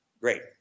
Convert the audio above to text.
great